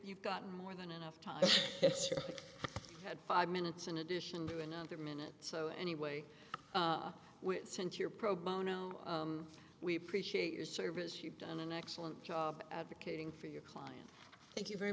you've got more than enough time we had five minutes in addition to another minute so anyway since your pro bono we appreciate your service you've done an excellent job advocating for your client thank you very